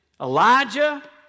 Elijah